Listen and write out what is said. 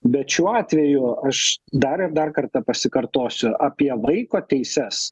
bet šiuo atveju aš dar ir dar kartą pasikartosiu apie vaiko teises